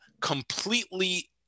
completely